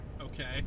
Okay